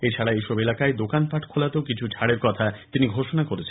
এছাড়া ওই সব এলাকায় দোকানপাট খোলাতেও কিছু ছাড়ের কথা তিনি ঘোষণা করেছেন